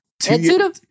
two